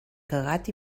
cagat